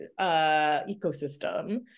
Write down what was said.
ecosystem